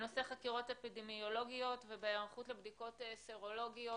בנושא חקירות אפידמיולוגיות ובהיערכות לבדיקות סרולוגיות.